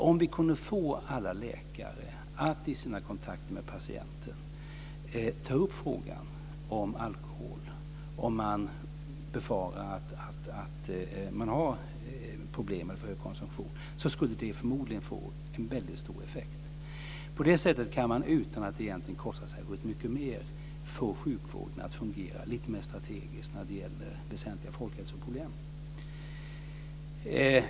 Om vi kunde få alla läkare att i sina kontakter med patienten ta upp frågan om alkohol, om man befarar att det finns problem med för hög konsumtion, så skulle detta förmodligen få en väldigt stor effekt. På det sättet kan man, utan att det egentligen kostar särskilt mycket mer, få sjukvården att fungera lite mer strategiskt när det gäller väsentliga folkhälsoproblem.